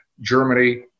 Germany